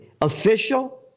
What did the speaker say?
official